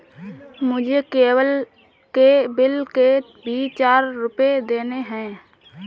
मुझे केबल के बिल के भी चार सौ रुपए देने हैं